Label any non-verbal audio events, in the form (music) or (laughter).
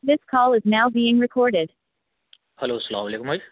(unintelligible) hello السلام علیکم بھائی